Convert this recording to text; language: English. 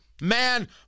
Man